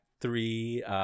three